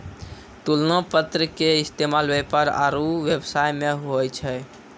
तुलना पत्र के इस्तेमाल व्यापार आरु व्यवसाय मे होय छै